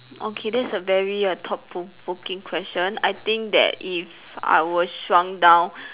okay that's a very err thought provoking question I think that if I were shrunk down